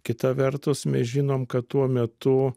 kita vertus mes žinom kad tuo metu